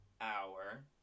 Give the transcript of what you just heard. hour